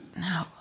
No